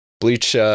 Bleach